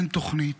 אין תוכנית.